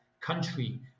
country